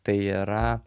tai yra